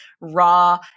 raw